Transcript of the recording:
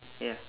ya